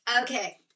Okay